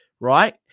Right